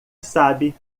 sabe